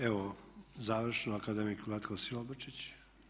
Evo završno, akademik Vlatko Silobrčić.